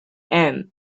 and